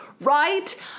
right